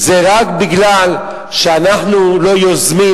זה רק מפני שאנחנו לא יוזמים,